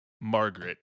margaret